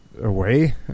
away